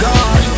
God